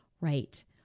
right